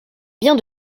bien